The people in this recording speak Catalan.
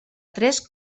tres